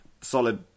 Solid